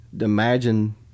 Imagine